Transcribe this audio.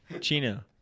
chino